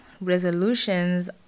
resolutions